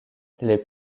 les